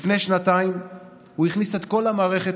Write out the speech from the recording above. לפני שנתיים הוא הכניס את כל המערכת